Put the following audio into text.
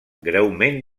greument